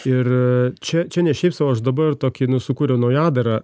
ir čia čia ne šiaip sau aš dabar tokį nu sukūriau naujadarą